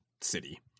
city